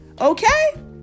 okay